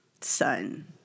son